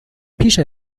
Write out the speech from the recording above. پیش